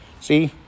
See